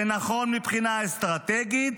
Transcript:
זה נכון מבחינה אסטרטגית,